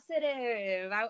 positive